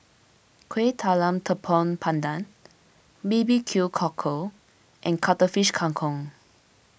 Kuih Talam Tepong Pandan B B Q Cockle and Cuttlefish Kang Kong